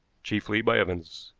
chiefly by evans.